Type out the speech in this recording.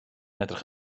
edrych